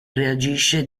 reagisce